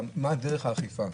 גם מה דרך האכיפה.